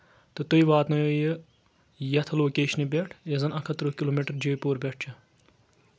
تہٕ تُہۍ واتنٲیو یہِ یتھ لوکیشنہِ پؠٹھ یۄس زَن اکھ ہَتھ ترٕٛہ کِلوٗ میٖٹر جے پوٗر پؠٹھ چھِ